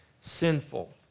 sinful